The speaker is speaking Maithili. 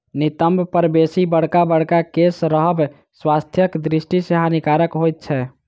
नितंब पर बेसी बड़का बड़का केश रहब स्वास्थ्यक दृष्टि सॅ हानिकारक होइत छै